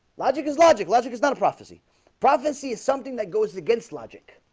logic is logic logic is not a prophecy prophecy is something that goes against logic